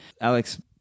Alex